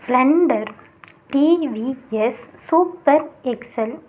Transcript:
Splendor TVS Super Excel